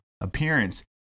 appearance